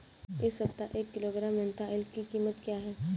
इस सप्ताह एक किलोग्राम मेन्था ऑइल की कीमत क्या है?